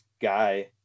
guy